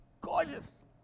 gorgeous